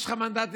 יש לך מנדטים,